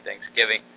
Thanksgiving